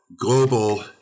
global